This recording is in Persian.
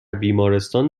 بیمارستان